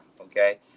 okay